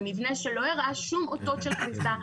זה מבנה שלא הראה שום אותות של כניסה,